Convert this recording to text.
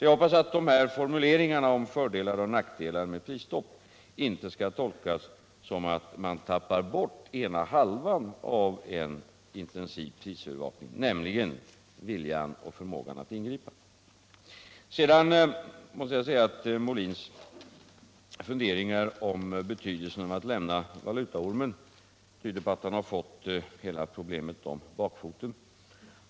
Jag hoppas därför att formuleringarna om fördelar och nackdelar med prisstopp inte skall tolkas som att man tappar bort ena halvan av en intensiv prisövervakning, nämligen viljan och förmågan att ingripa. Sedan måste jag säga att herr Molins funderingar om betydelsen av att lämna valutaormen tyder på att han har fått hela problemet om bakfoten.